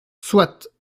soit